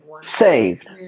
saved